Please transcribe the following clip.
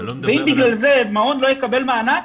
ואם בגלל זה מעון לא יקבל מענק